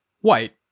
white